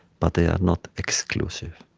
but they are not exclusive.